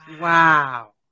Wow